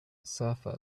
surfer